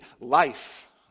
life